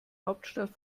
hauptstadt